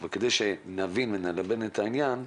וכדי שנבין ונלבן את העניין,